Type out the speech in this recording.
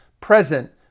present